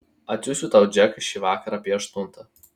atsiųsiu tau džeką šįvakar apie aštuntą